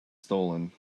stolen